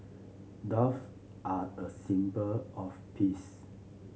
doves are a symbol of peace